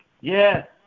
Yes